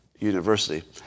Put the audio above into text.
University